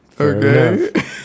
Okay